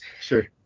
sure